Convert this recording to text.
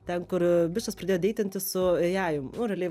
ten kur bičas pradėjo deitinti su eiajum nu realiai